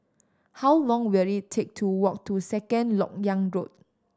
how long will it take to walk to Second Lok Yang Road